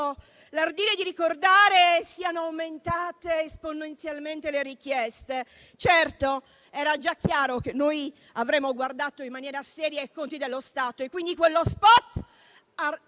l'ardire di ricordare - siano aumentate esponenzialmente le richieste. Certo, era già chiaro che noi avremmo guardato in maniera seria ai conti dello Stato e quindi quello spot